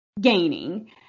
gaining